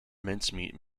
mincemeat